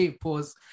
Pause